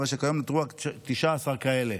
הרי שכיום נותרו רק 19 כאלה.